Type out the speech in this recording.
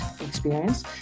experience